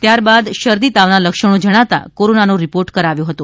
ત્યારબાદ શરદી તાવના લક્ષણો જણાતા કોરોનાનો રિપોર્ટ કરાવ્યો હતો